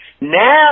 Now